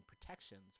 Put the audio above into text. protections